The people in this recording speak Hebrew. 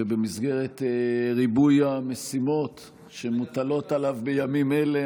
שבמסגרת ריבוי המשימות שמוטלות עליו בימים אלה,